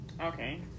Okay